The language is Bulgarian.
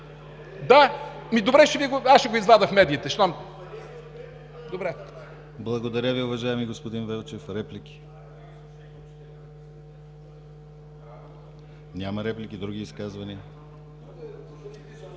Добре, аз ще го извадя в медиите.